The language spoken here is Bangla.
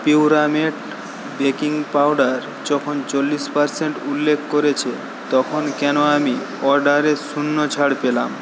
পিউরামেট বেকিং পাউডার যখন চল্লিশ পারসেন্ট উল্লেখ করেছে তখন কেন আমি অর্ডারে শূন্য ছাড় পেলাম